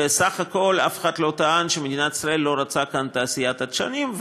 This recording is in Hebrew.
וסך הכול אף אחד לא טען שמדינת ישראל לא רוצה כאן את תעשיית הדשנים.